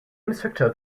instructor